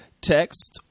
text